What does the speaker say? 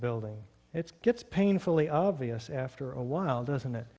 building it's gets painfully obvious after a while doesn't it